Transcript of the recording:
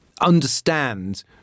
understand